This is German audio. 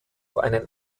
einen